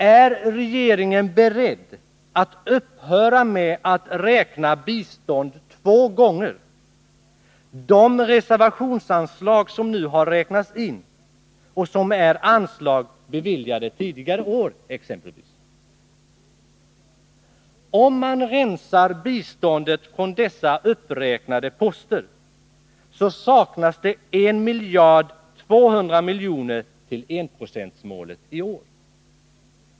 Är regeringen beredd att upphöra med att räkna bistånd två gånger — exempelvis de reservationsanslag som nu har räknats in och som är anslag beviljade tidigare år? Om man rensar biståndsanslaget från dessa uppräknade poster, så saknas det 1 200 miljoner till enprocentsmålet i år.